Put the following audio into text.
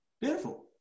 beautiful